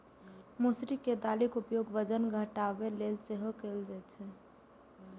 मौसरी के दालिक उपयोग वजन घटाबै लेल सेहो कैल जाइ छै